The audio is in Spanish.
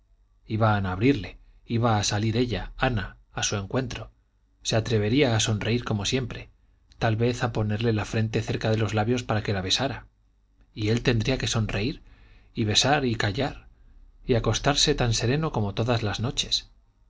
iban a abrirle iba a salir ella ana a su encuentro se atrevería a sonreír como siempre tal vez a ponerle la frente cerca de los labios para que la besara y él tendría que sonreír y besar y callar y acostarse tan sereno como todas las noches